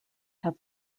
have